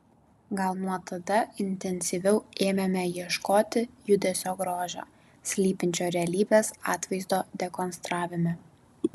gal nuo tada intensyviau ėmėme ieškoti judesio grožio slypinčio realybės atvaizdo dekonstravime